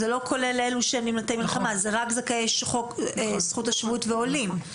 זה לא כולל את נמלטי המלחמה אלא רק את זכאי חוק שבות ועולים.